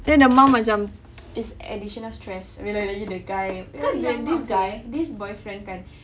then the mum macam is additional stress lebih-lebih lagi the guy because the this guy this boyfriend kan